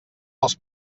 als